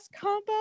combo